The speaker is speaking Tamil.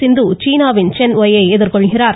சிந்து சீனாவின் சென் ஒய் ஐ எதிர்கொள்கிறார்